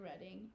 Reading